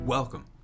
Welcome